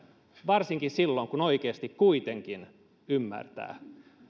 varsinkaan silloin kun oikeasti kuitenkin ymmärtää